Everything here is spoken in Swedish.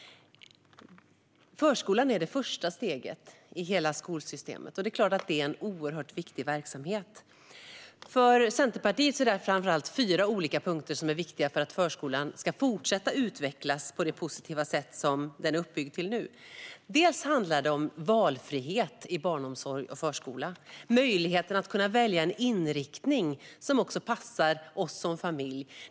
Förskolan är det första steget i hela skolsystemet, och det är klart att det är en oerhört viktig verksamhet. För Centerpartiet finns framför allt fyra viktiga punkter för att förskolan ska fortsätta att utvecklas på det positiva sätt som den är uppbyggd för nu. Det handlar bland annat om valfrihet i barnomsorg och förskola. Det handlar om möjligheten att välja en inriktning som också passar familjen.